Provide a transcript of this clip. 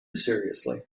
seriously